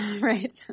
Right